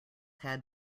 had